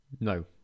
No